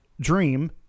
dream